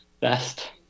best